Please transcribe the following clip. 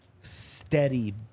steady